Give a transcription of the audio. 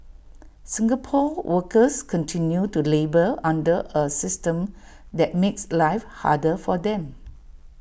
Singapore's workers continue to labour under A system that makes life harder for them